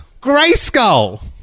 Grayskull